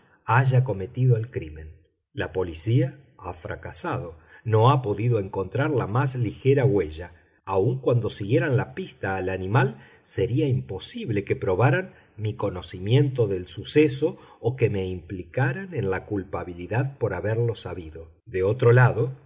haya cometido el crimen la policía ha fracasado no ha podido encontrar la más ligera huella aun cuando siguieran la pista al animal sería imposible que probaran mi conocimiento del suceso o que me implicaran en la culpabilidad por haberlo sabido de otro lado